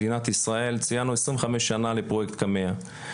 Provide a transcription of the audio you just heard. מדינת ישראל, ציינו עשרים וחמש שנה לפרוייקט קמ"ע.